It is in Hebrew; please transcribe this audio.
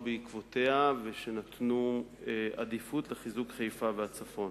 בעקבותיה ונתנו עדיפות לחיזוק חיפה והצפון.